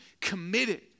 committed